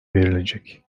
verilecek